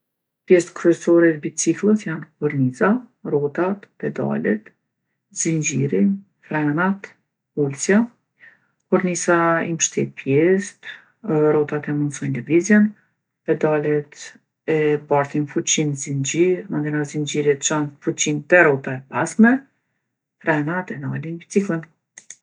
Pjestë kryesore t'bicikllës janë korniza, rrotat, pedalet, zingjiri, frenat, ulsja. Korniza i mshtet pjestë, rrotat e mundsojnë lëvizjen, pedalet e bartin fuqinë n'zingjir, mandena zingjiri e çon fuqinë te rrota e pasme. Frenat e nalin bicikllën.